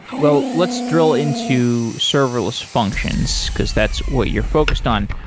well, let's drill into serverless functions, because that's what you're focused on.